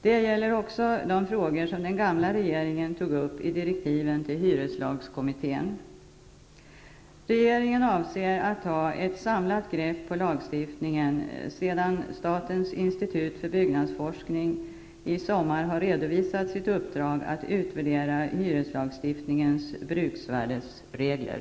Det gäller också de frågor som den gamla regeringen tog upp i direktiven till hyreslagskommittén. Regeringen avser att ta ett samlat grepp på lagstiftningen sedan statens institut för byggnadsforskning i sommar har redovisat sitt uppdrag att utvärdera hyreslagstiftningens bruksvärdesregler.